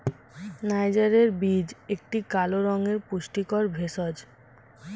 নাইজারের বীজ একটি কালো রঙের পুষ্টিকর ভেষজ